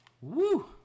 Woo